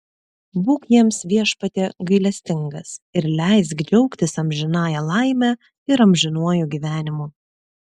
būk jiems viešpatie gailestingas ir leisk džiaugtis amžinąja laime ir amžinuoju gyvenimu